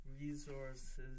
resources